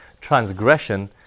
transgression